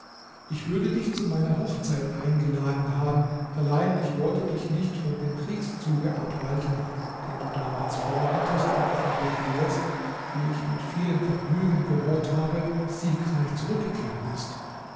ich würde dich zu meiner hochzeit eingeladen haben allein ich wollte dich nicht von dem kriegszuge abhalten den du damals vorhattest und von dem du jetzt wie ich mit vielem vergnügen gehört habe siegreich zurückgekehrt bist